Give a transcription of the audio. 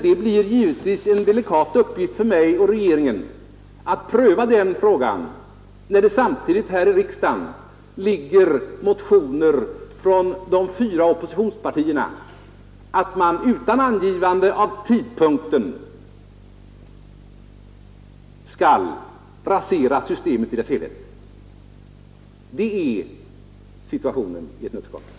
Det blir givetvis en delikat uppgift för mig och regeringen att pröva den frågan när det samtidigt här i riksdagen ligger motioner från de fyra oppositionspartierna som föreslår att man, utan angivande av tidpunkt, skall rasera systemet i dess helhet. Detta är i ett nötskal innebörden av vad man anser.